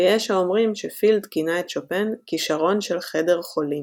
ויש האומרים שפילד כינה את שופן "כשרון של חדר חולים".